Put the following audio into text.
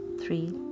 three